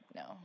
no